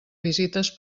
visites